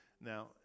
Now